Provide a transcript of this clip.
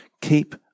Keep